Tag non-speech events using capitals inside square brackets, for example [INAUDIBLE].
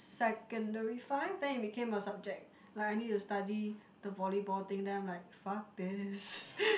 secondary five then it became a subject like I need to study the volleyball thing then I'm like fuck this [LAUGHS]